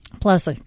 Plus